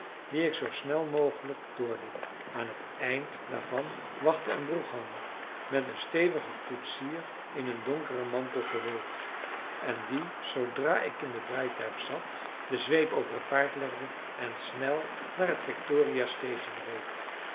die ik zoo snel mogelijk doorliep aan het eind daarvan wachtte een brougham met een stevigen koetsier in een donkeren mantel gehuld en die zoodra ik in het rijtuig zat de zweep over het paard legde en snel naar het victoria station reed